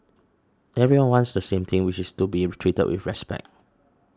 everyone wants the same thing which is to be treated with respect